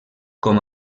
com